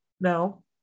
No